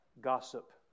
gossip